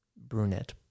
brunette